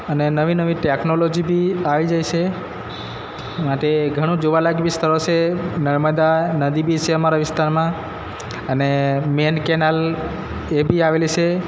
અને નવી નવી ટેક્નોલોજી બી આવી ગઈ છે માટે ઘણું જોવાલાયક બી સ્થળો છે નર્મદા નદી બી છે અમારા વિસ્તારમાં અને મેન કેનાલ એ બી આવેલી છે